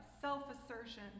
self-assertion